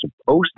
supposed